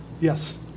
yes